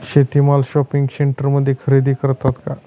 शेती माल शॉपिंग सेंटरमध्ये खरेदी करतात का?